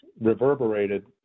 reverberated